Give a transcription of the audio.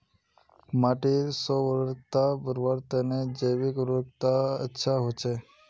माटीर स्व उर्वरता बढ़वार तने जैविक उर्वरक अच्छा होचे